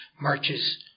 marches